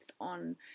on